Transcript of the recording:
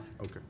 Okay